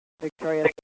Victoria